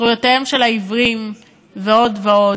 זכויות עיוורים ועוד ועוד,